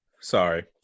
sorry